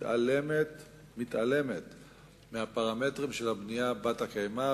מתעלם מהפרמטרים של הבנייה בת-הקיימא,